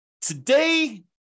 Today